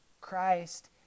Christ